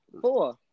four